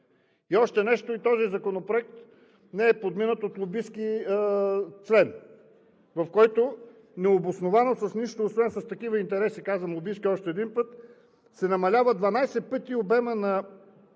Още нещо, и този законопроект не е подминат от лобистки член, в който необосновано с нищо освен с такива интереси – казвам лобистки още един път – се намалява 12 пъти обемът на